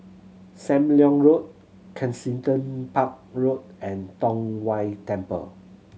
Sam Leong Road Kensington Park Road and Tong Whye Temple